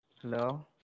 hello